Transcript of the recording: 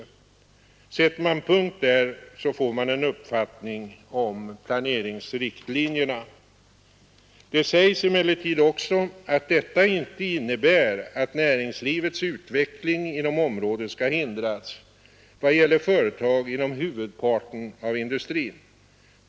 Sätter man punkt där får man en uppfattning om planeringsriktlinjerna. Det sägs emellertid också att detta inte innebär att näringslivets utveckling inom området skall hindras vad det gäller företag inom huvudparten av industri.